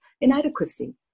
inadequacy